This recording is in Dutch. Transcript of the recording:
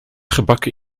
gebakken